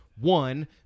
One